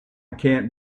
can’t